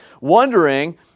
wondering